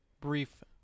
brief